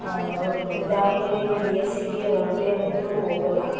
ದಾವಣಗೆರೆಲ್ಲಿ S ಸಿಗೆ ಹೋಗದೇ ಅಂತೂ ಹೋಗಲ್ಲ